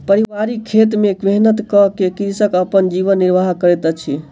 पारिवारिक खेत में मेहनत कअ के कृषक अपन जीवन निर्वाह करैत अछि